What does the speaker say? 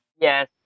Yes